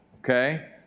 okay